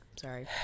Sorry